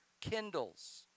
kindles